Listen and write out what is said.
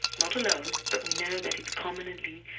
not alone, but we know that it's commonly